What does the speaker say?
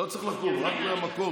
לא צריך לקום, רק מהמקום.